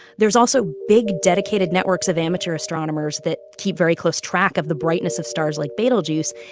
there's also big, dedicated networks of amateur astronomers that keep very close track of the brightness of stars like betelgeuse.